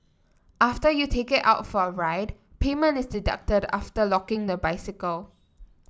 after you take it out for a ride payment is deducted after locking the bicycle